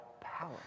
power